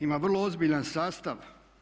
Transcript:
Ima vrlo ozbiljan sastav.